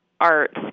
arts